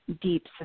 deep